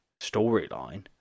storyline